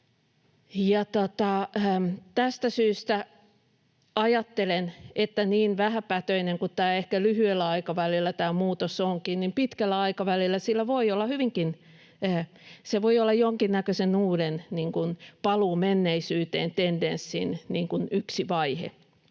Tästä syystä ajattelen, että niin vähäpätöinen kuin tämä muutos ehkä lyhyellä aikavälillä onkin, niin pitkällä aikavälillä se voi hyvinkin olla jonkinnäköisen uuden paluu menneisyyteen ‑tendenssin yksi vaihe.